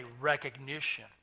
recognition